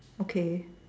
okay